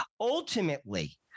ultimately